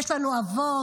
יש לנו אבות,